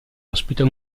ospita